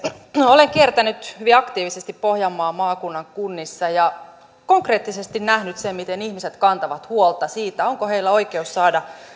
olen kiertänyt hyvin aktiivisesti pohjanmaan maakunnan kunnissa ja konkreettisesti nähnyt sen miten ihmiset kantavat huolta siitä onko heillä oikeus saada